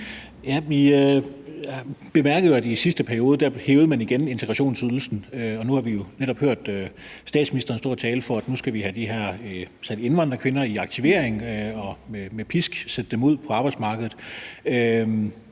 i sidste periode igen hævede integrationsydelsen, og nu har vi netop hørt statsministeren stå og tale for, at vi skal have de her indvandrerkvinder i aktivering og med pisk sætte dem ud på arbejdsmarkedet.